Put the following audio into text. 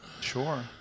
Sure